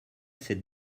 cette